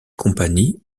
compagnie